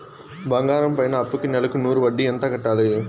బంగారం పైన అప్పుకి నెలకు నూరు వడ్డీ ఎంత కట్టాలి?